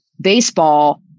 baseball